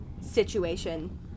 situation